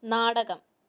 നാടകം